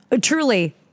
Truly